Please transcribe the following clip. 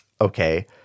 Okay